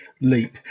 leap